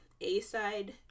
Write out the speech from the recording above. A-side